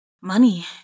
Money